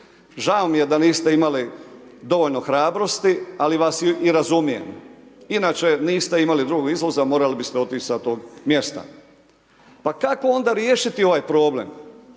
Žao mi je da niste imali dovoljno hrabrosti, ali vas i razumijem. Inače niste imali drugog izlaza morali biste otić sa tog mjesta. Pa kako onda riješiti ovaj problem?